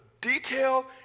Detail